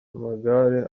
amagare